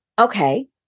okay